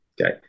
Okay